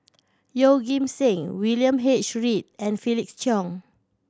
Yeoh Ghim Seng William H Read and Felix Cheong